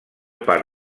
part